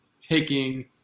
taking